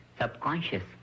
subconscious